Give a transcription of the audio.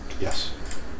Yes